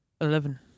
Eleven